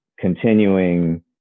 continuing